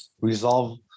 resolve